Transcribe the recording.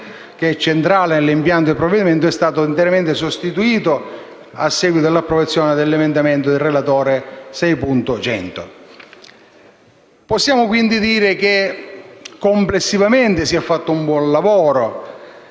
che è centrale nell'impianto del provvedimento, è stato integralmente sostituito a seguito dell'approvazione dell'emendamento del relatore 6.100. Possiamo quindi dire che complessivamente si è fatto un buon lavoro.